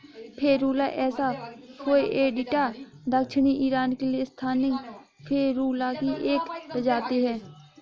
Ferula asa foetida दक्षिणी Iran के लिए स्थानिक फेरुला की एक प्रजाति है